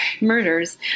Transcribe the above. murders